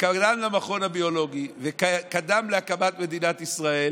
וקדם למכון הביולוגי וקדם להקמת מדינת ישראל